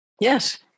yes